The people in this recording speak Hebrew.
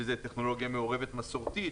שזה טכנולוגיה מעורבת מסורתית,